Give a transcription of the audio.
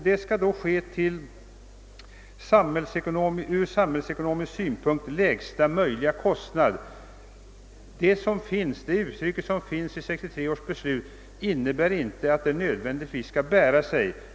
Detta skall ske till från samhällsekonomisk synpunkt lägsta möjliga kostnad. Vad som sägs härom i 1963 års beslut innebär inte att trafiken nödvändigtvis måste bära sig.